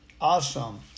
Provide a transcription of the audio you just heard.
awesome